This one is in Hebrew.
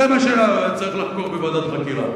זה מה שצריך לחקור בוועדת החקירה.